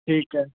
ठीकु आहे